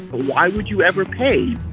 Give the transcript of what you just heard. why would you ever pay?